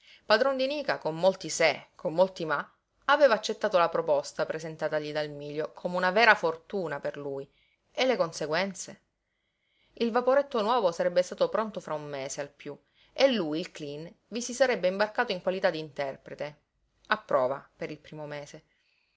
di nica con molti se con molti ma aveva accettato la proposta presentatagli dal mílio come una vera fortuna per lui e le conseguenze il vaporetto nuovo sarebbe stato pronto fra un mese al piú e lui il cleen vi si sarebbe imbarcato in qualità di interprete a prova per il primo mese